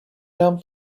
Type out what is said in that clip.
aime